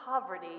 poverty